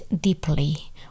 deeply